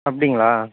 அப்படிங்களா